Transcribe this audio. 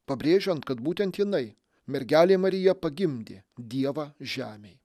pabrėžiant kad būtent jinai mergelė marija pagimdė dievą žemėj